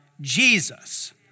Jesus